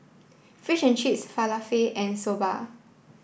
fish and Cheese Falafel and Soba